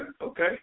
Okay